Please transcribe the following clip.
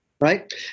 Right